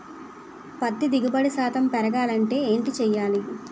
పత్తి దిగుబడి శాతం పెరగాలంటే ఏంటి చేయాలి?